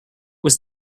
was